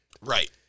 Right